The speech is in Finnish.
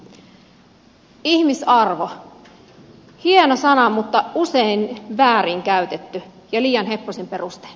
ihmisarvo hieno sana mutta usein väärin käytetty ja liian heppoisin perustein